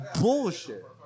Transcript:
bullshit